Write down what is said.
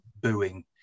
booing